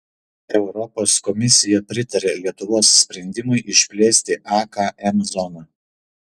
europos komisija pritarė lietuvos sprendimui išplėsti akm zoną